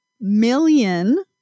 million